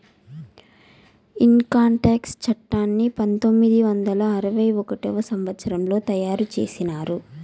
income tax చట్టాన్ని పంతొమ్మిది వందల అరవై ఒకటవ సంవచ్చరంలో తయారు చేసినారు